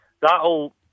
that'll